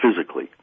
physically